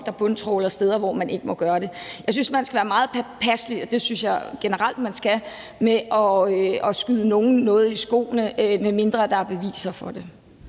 med bundtrawl på steder, hvor man ikke må gøre det. Jeg synes, man skal være meget påpasselig – og det synes jeg generelt man skal – med at skyde nogen noget i skoene, medmindre der er beviser for det.